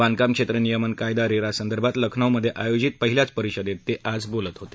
बांधकाम क्षेत्र नियमन कायदा रेरा संदर्भात लखनौमध्ये आयोजित पहिल्याच परिषदेत ते आज बोलत होते